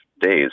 days